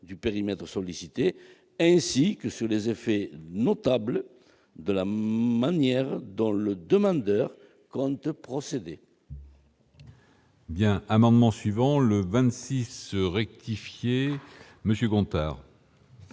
du périmètre sollicité ainsi que sur les effets notables de la manière dont le demandeur compte procéder. » L'amendement n° 26 rectifié, présenté